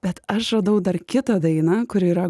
bet aš radau dar kitą dainą kuri yra